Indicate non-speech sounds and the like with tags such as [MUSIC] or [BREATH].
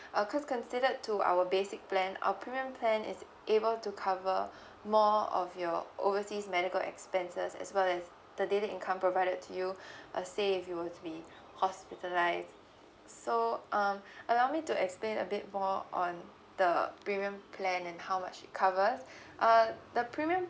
uh cause considered to our basic plan our premium plan is able to cover [BREATH] more of your overseas medical expenses as well as the daily income provided to you [BREATH] uh say if you were to be hospitalised so um [BREATH] allow me to explain a bit more on the premium plan and how much it covers [BREATH] uh the premium